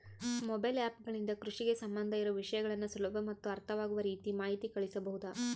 Mobile app ಗಳಿಂದ ಕೃಷಿಗೆ ಸಂಬಂಧ ಇರೊ ವಿಷಯಗಳನ್ನು ಸುಲಭ ಮತ್ತು ಅರ್ಥವಾಗುವ ರೇತಿ ಮಾಹಿತಿ ಕಳಿಸಬಹುದಾ?